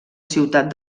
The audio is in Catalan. ciutat